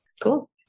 Cool